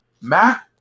Matt